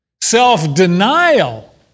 Self-denial